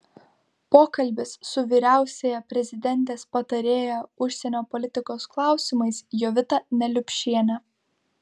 pokalbis su vyriausiąja prezidentės patarėja užsienio politikos klausimais jovita neliupšiene